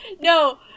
No